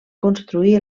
construir